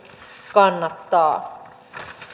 kannattavat